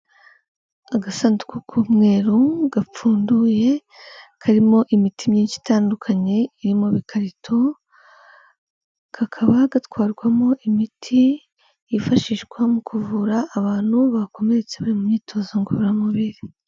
Agasanduku k'umwe gapfunduye karimo imiti myinshi itandukanye iri mu bikarito, kakaba gatwarwamo imiti yifashishwa mu kuvura abantu bakomeretse mu myitozo ngororamubiri.